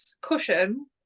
cushion